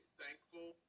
thankful